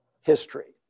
history